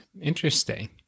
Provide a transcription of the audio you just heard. Interesting